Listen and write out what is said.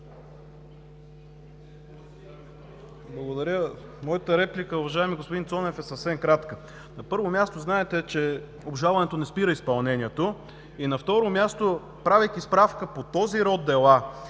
Благодаря Ви. Моята реплика, уважаеми господин Цонев, е съвсем кратка. На първо място, знаете, че обжалването не спира изпълнението. На второ място, правейки справка по този род дела,